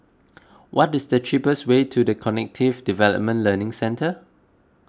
what is the cheapest way to the Cognitive Development Learning Centre